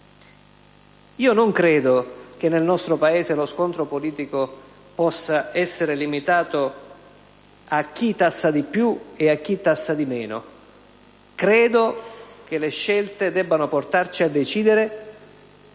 Non credo che nel nostro Paese lo scontro politico possa essere limitato a chi tassa di più e a chi tassa di meno. Credo che le scelte debbano portarci a decidere